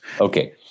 Okay